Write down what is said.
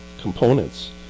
components